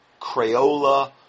Crayola